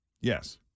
Yes